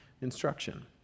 instruction